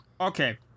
Okay